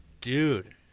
dude